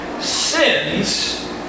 Sins